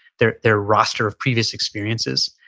their their roster of previous experiences.